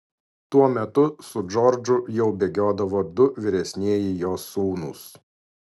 tuo metu su džordžu jau bėgiodavo du vyresnieji jo sūnūs